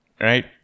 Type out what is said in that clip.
Right